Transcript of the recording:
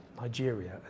Nigeria